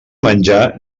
menjar